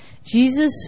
Jesus